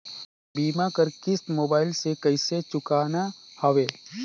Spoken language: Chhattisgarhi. बीमा कर किस्त मोबाइल से कइसे चुकाना हवे